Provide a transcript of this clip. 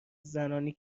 زنانی